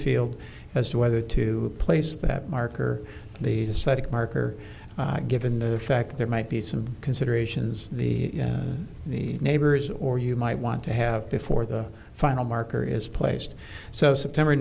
field as to whether to place that marker the static marker given the fact there might be some considerations the the neighbors or you might want to have before the final marker is placed so september